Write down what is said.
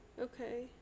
okay